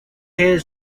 has